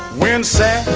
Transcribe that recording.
when sam